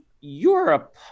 Europe